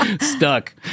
stuck